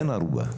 אין ערובה.